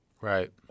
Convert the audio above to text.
Right